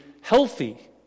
healthy